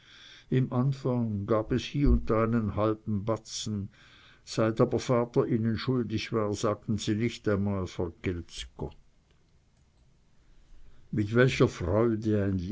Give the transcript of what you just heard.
im anfang gab es hie und da einen halben batzen seit aber der vater ihnen schuldig war sagten sie nicht einmal vergelt's gott mit welcher freude